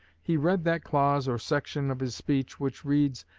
he read that clause or section of his speech which reads,